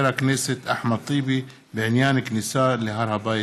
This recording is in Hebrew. הכנסת אחמד טיבי בעניין כניסה להר הבית.